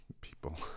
people